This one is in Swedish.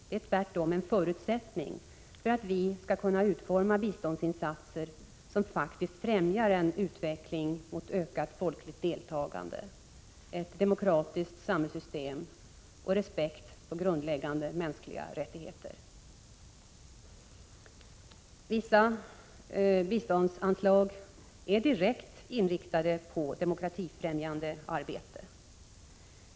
Det är tvärtom en förutsättning för att vi skall kunna utforma biståndsinsatser som faktiskt främjar en utveckling mot ökat folkligt deltagande, ett demokratiskt samhällssystem och respekt för grundläggande mänskliga rättigheter. Vissa biståndsanslag är direkt inriktade på demokratifrämjande arbete.